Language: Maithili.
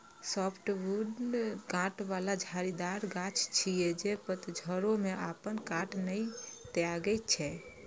सॉफ्टवुड कांट बला झाड़ीदार गाछ छियै, जे पतझड़ो मे अपन कांट नै त्यागै छै